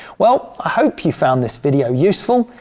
well i hope you found this video useful,